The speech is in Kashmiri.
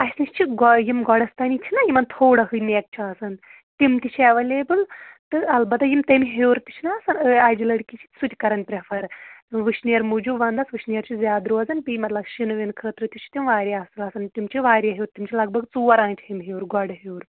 اَسہِ نِش چھِ گۄڈٕ یِم گۄڈَس تانۍ چھِنا یِمَن تھوڑا ہٕے نٮ۪ک چھُ آسان تِم تہِ چھِ ایٚویلیبُل تہٕ البتہٕ یِم تَمہِ ہیٚور تہِ چھِنا آسان اَجہِ لٔڑکی چھِ سُہ تہِ کَران پرٛٮ۪فر وُشنیر موٗجوٗب وَنٛدَس وُشنیر چھُ زیادٕ روزان بیٚیہِ مطلب شِنہٕ وِنہٕ خٲطرٕ تہِ چھِ تِم واریاہ اَصٕل آسان تِم چھِ واریاہ ہیٚور تِم چھِ لگ بھگ ژور آنٛچہِ چھِ تِم ہیوٚر گۄڈٕ ہیٚور